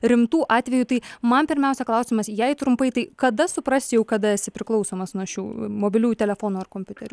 rimtų atvejų tai man pirmiausia klausimas jei trumpai tai kada suprast jau kada esi priklausomas nuo šių mobiliųjų telefonų ar kompiuterių